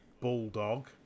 Bulldog